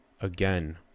Again